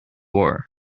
war